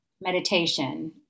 meditation